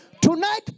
Tonight